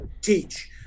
teach